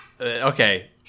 okay